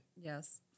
Yes